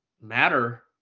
matter